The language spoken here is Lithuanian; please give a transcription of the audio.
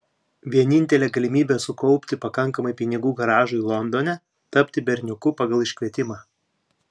vienintelė galimybė sukaupti pakankamai pinigų garažui londone tapti berniuku pagal iškvietimą